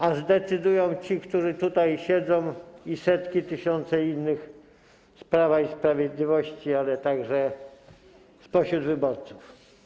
A zdecydują ci, którzy tutaj siedzą, i setki, tysiące innych z Prawa i Sprawiedliwości, ale także spośród wyborców.